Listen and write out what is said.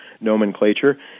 nomenclature